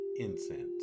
incense